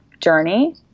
journey